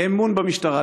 אמון במשטרה,